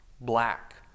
black